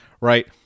right